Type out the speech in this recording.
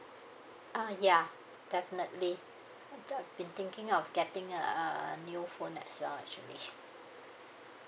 uh ya definitely been thinking of getting a new phone as well actually